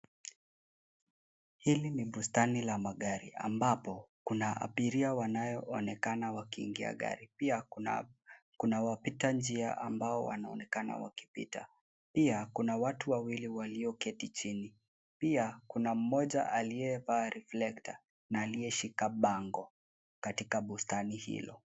Hili ni bustani la magari ambapo kuna abiria wanayoonekana wakiingia gari, pia kuna wapita njia ambao wanaonekana wakipita. Pia, kuna watu wawili walioketi chini. Pia, kuna mmoja aliyevaa reflector na aliyeshika bango katika bustani hilo.